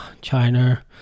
China